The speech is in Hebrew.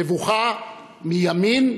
מבוכה מימין ומשמאל.